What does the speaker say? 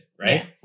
right